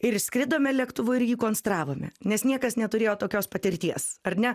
ir skridome lėktuvu ir jį konstravome nes niekas neturėjo tokios patirties ar ne